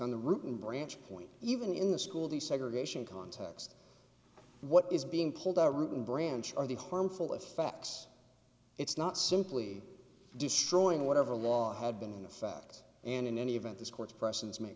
on the root and branch point even in the school desegregation context what is being pulled out root and branch are the harmful effects it's not simply destroying whatever law had been in effect and in any event this court's precedents ma